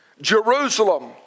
Jerusalem